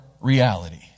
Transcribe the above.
reality